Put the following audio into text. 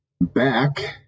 back